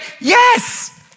yes